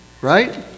right